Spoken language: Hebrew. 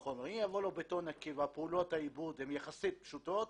יבוא בטון נקי כך שפעולות העיבוד יהיו פשוטות,